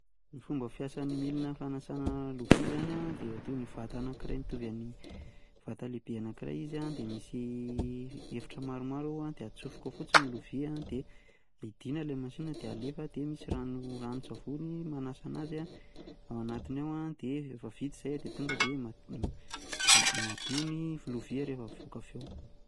Ny fomba fiasan'ny milina fanasana lovia izany an: dia toy ny vata anakiray mitovy amin'ny vata lehibe anakiray izy an dia misy efitra maramaro ao an, dia atsofoka ao fotsiny ny lovia dia de hidina ilay milina dia alefa dia misy rano ranontsavony manasa ana'azy ao anatiny ao an, dia rehefa vita izay an dia m- madio ny lovia rehefa mivoaka avy ao.